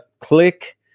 click